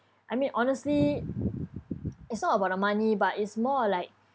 I mean honestly it's not about the money but it's more like